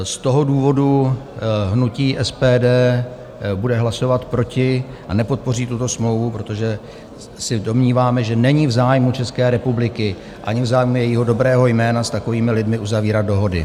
Z toho důvodu hnutí SPD bude hlasovat proti a nepodpoří tuto smlouvu, protože se domníváme, že není v zájmu České republiky ani v zájmu jejího dobrého jména s takovými lidmi uzavírat dohody.